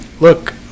look